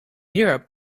europe